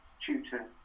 tutor